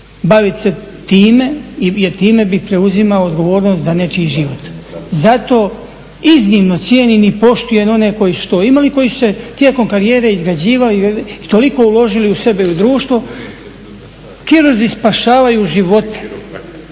baviti se time jer time bi preuzimao odgovornost za nečiji život. Zato iznimno cijenim i poštujem one koji su to imali i koji su se tijekom karijere izgrađivali i toliko uložili u sebe i u društvo. Kirurzi spašavaju živote,